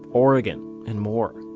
oregon and more.